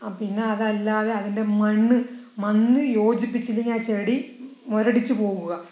പിന്നെ അതല്ലാതെ അതിന്റെ മണ്ണ് മണ്ണ് യോജിപ്പിച്ചില്ലെങ്കിൽ ആ ചെടി മുരടിച്ചു പോകുക